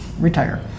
retire